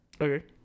Okay